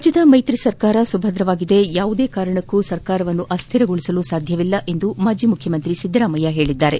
ರಾಜ್ಯದ ಮೈತ್ರಿ ಸರ್ಕಾರ ಸುಭದ್ರವಾಗಿದ್ದು ಯಾವುದೇ ಕಾರಣಕ್ಕೂ ಸರ್ಕಾರವನ್ನು ಅಸ್ವಿರಗೊಳಿಸಲು ಸಾಧ್ಯವಿಲ್ಲ ಎಂದು ಮಾಜಿ ಮುಖ್ಯ ಮಂತ್ರಿ ಸಿದ್ದರಾಮಯ್ಯ ಹೇಳಿದ್ದಾರೆ